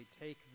take